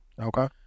Okay